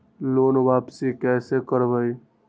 Loan वापसी कैसे करबी?